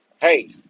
hey